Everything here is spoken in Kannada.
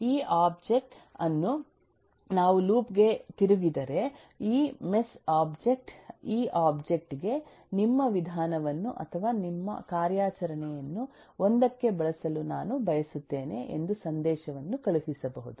ಈ ಒಬ್ಜೆಕ್ಟ್ ಅನ್ನು ನಾವು ಲೂಪ್ ಗೆ ತಿರುಗಿದರೆ ಈ ಮೆಸ್ ಒಬ್ಜೆಕ್ಟ್ ಈ ಒಬ್ಜೆಕ್ಟ್ ಗೆ ನಿಮ್ಮ ವಿಧಾನವನ್ನು ಅಥವಾ ನಿಮ್ಮ ಕಾರ್ಯಾಚರಣೆಯನ್ನು 1 ಕ್ಕೆ ಬಳಸಲು ನಾನು ಬಯಸುತ್ತೇನೆ ಎಂದು ಸಂದೇಶವನ್ನು ಕಳುಹಿಸಬಹುದು